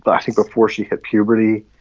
but i think before she hit puberty,